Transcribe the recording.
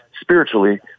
spiritually